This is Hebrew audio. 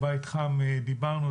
בית חם דיברנו.